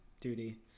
duty